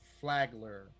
Flagler